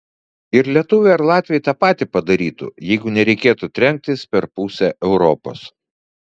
ir lietuviai ar latviai tą patį padarytų jeigu nereikėtų trenktis per pusę europos